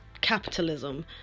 capitalism